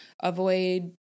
avoid